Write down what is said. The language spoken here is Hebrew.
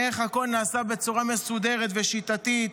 איך הכול נעשה בצורה מסודרת ושיטתית,